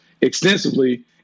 extensively